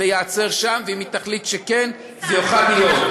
זה ייעצר שם, ואם היא תחליט שכן, זה יוכל להיות.